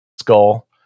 skull